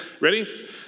Ready